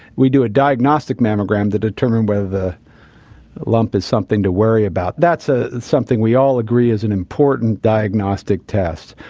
we do a diagnostic mammogram to determine whether the lump is something to worry about. that's ah something we all agree is an important diagnostic test.